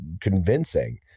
convincing